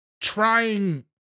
trying